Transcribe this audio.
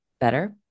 better